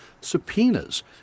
subpoenas